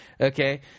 Okay